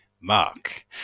Mark